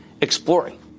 exploring